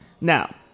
Now